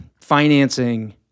financing